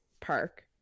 park